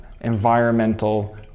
environmental